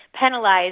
penalized